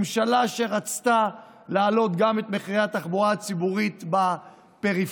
ממשלה שרצתה להעלות גם את מחירי התחבורה הציבורית בפריפריה,